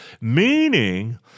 Meaning